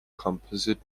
composite